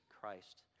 Christ